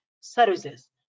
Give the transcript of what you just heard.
services